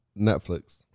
Netflix